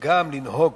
וגם לנהוג